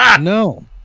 No